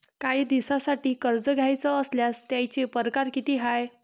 कायी दिसांसाठी कर्ज घ्याचं असल्यास त्यायचे परकार किती हाय?